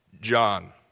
John